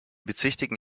bezichtigen